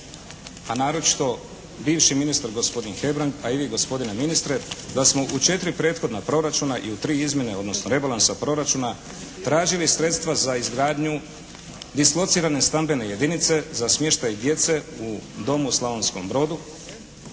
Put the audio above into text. a naročito bivši ministar gospodin Hebrang, a i vi gospodine ministre da smo u 4 prethodna proračuna i u 3 izmjene, odnosno rebalansa proračuna tražili sredstva za izgradnju dislocirane stambene jedinice za smještaj djece u domu u Slavonskom domu.